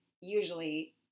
usually